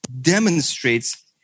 demonstrates